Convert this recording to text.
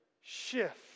shift